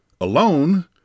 alone